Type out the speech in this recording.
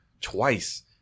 twice